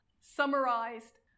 summarized